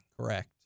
Correct